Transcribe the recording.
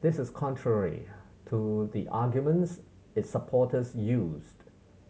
this is contrary to the arguments its supporters used